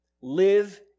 Live